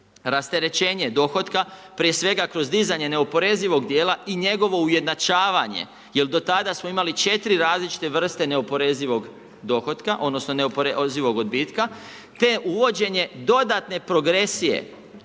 Rasterećenje dohotka prije svega kroz dizanje neoporezivog djela i njegovo ujednačavanje jer do tad smo imali 4 različite vrste neoporezivog dohotka odnosno neoporezivog odbitka ne uvođenje dodatne progresija